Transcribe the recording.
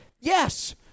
Yes